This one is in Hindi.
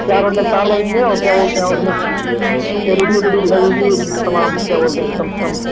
चार बन्डल तार लगेंगे और क्या बोलते हैं उसमें एल ई डी उलीडी भी लगेगी यह तमाम क्या बोलते हैं कम से कम